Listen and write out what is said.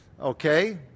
okay